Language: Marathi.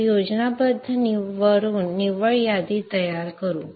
तर योजनाबद्ध वरून निव्वळ यादी तयार करू